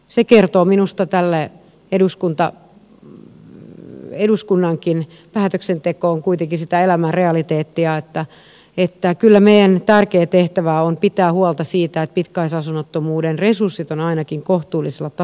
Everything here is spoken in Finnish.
se kertoo minusta että eduskunnankin päätöksenteko on kuitenkin sitä elämän realiteettia että kyllä meidän tärkeä tehtävämme on pitää huolta siitä että pitkäaikaisasunnottomuuden torjumisen resurssit ovat ainakin kohtuullisella tasolla